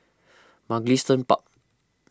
Mugliston Park